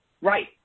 Right